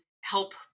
help